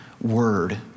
word